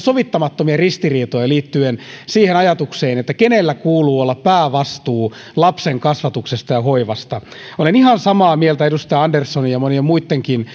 sovittamattomia ristiriitoja liittyen siihen ajatukseen kenellä kuuluu olla päävastuu lapsen kasvatuksesta ja hoivasta olen ihan samaa mieltä edustaja anderssonin ja monien muidenkin